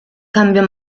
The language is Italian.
cambio